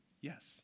Yes